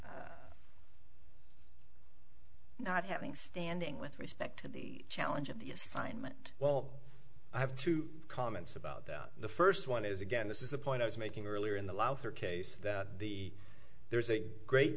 to not having standing with respect to the challenge of the assignment well i have two comments about that the first one is again this is the point i was making earlier in the lother case that the there's a great